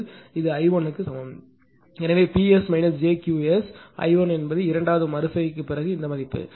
எனவே Ps jQs I1 என்பது இரண்டாவது மறு செய்கைக்குப் பிறகு இந்த மதிப்பு